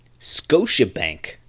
Scotiabank